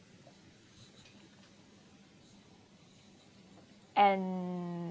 and